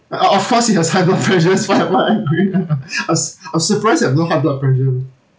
o~ of course he has high blood pressures what what angry I was I was surprised I've no high blood pressure